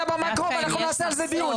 יש בעיה במאקרו ואנחנו נעשה על זה דיון,